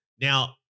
Now